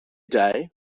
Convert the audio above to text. day